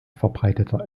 verbreiteter